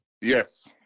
Yes